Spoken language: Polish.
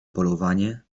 polowanie